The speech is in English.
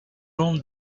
own